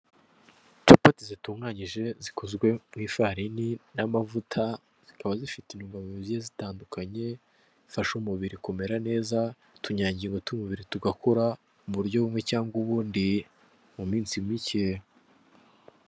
Capati zitunganyije zikozwe mu ifarini n'amavuta, zikaba zifite intungamubiri zigiye zitandukanye zifasha umubiri kumera neza, utunyangingo tw'umubiri tugakura mu buryo bumwe cyangwa ubundi mu minsi mike.